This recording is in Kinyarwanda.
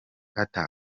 arthur